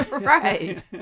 Right